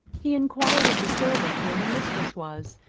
he enquired of the servant where her mistress was,